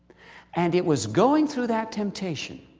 and it was going through that temptation,